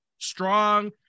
strong